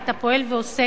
ואתה פועל ועושה,